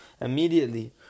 immediately